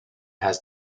has